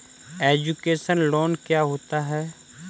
Education loan क्या होता है?